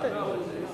זה מה שיהיה.